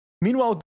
Meanwhile